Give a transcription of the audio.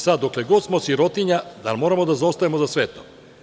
Sada, dokle god smo sirotinja, da li moramo da zaostajemo za svetom?